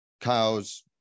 cows